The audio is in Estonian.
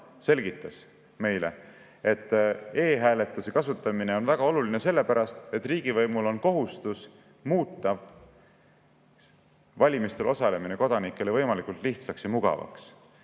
selgitas meile, et e‑hääletuse kasutamine on väga oluline sellepärast, et riigivõimul on kohustus muuta valimistel osalemine kodanikele võimalikult lihtsaks ja mugavaks.